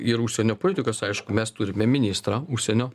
ir užsienio politikos aišku mes turime ministrą užsienio